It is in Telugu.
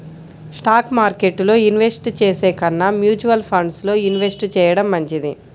స్టాక్ మార్కెట్టులో ఇన్వెస్ట్ చేసే కన్నా మ్యూచువల్ ఫండ్స్ లో ఇన్వెస్ట్ చెయ్యడం మంచిది